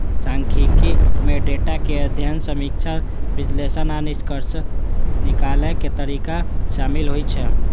सांख्यिकी मे डेटाक अध्ययन, समीक्षा, विश्लेषण आ निष्कर्ष निकालै के तरीका शामिल होइ छै